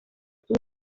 sur